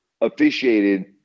officiated